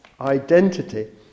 identity